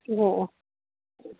ꯑꯣ ꯑꯣ